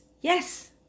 Yes